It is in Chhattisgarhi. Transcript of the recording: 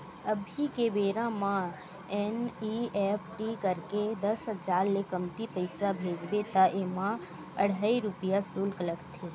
अभी के बेरा म एन.इ.एफ.टी करके दस हजार ले कमती पइसा भेजबे त एमा अढ़हइ रूपिया सुल्क लागथे